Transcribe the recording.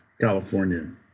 California